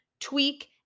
tweak